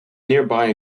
nearby